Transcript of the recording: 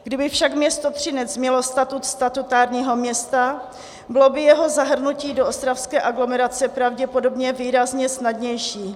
Kdyby však město Třinec mělo statut statutárního města, bylo by jeho zahrnutí do ostravské aglomerace pravděpodobně výrazně snadnější.